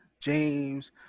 James